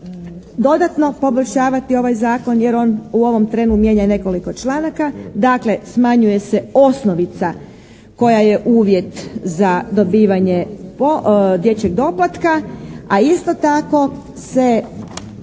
dodatno poboljšavati ovaj zakon jer on u ovom trenu mijenja nekoliko članaka. Dakle smanjuje se osnovica koja je uvjet za dobivanje dječjeg doplatka a isto tako se